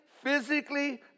physically